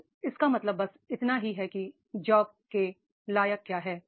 तो इसका मतलब बस इतना ही है कि जॉब के लायक क्या है